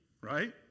right